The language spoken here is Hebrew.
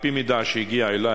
על-פי מידע שהגיע אלי,